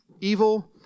evil